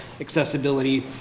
accessibility